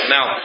Now